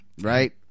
right